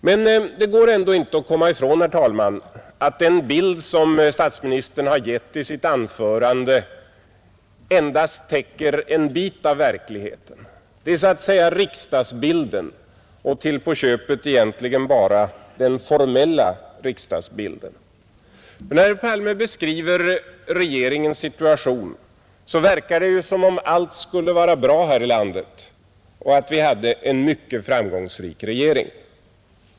Men det går ändå inte att komma ifrån, herr talman, att den bild som statsministern har tecknat i sitt anförande endast täcker en bit av verkligheten; det är så att säga riksdagsbilden, och till på köpet egentligen bara den formella riksdagsbilden, När herr Palme beskriver regeringens situation verkar det som om allt skulle vara bra här i landet och som om vi hade en mycket framgångsrik regering.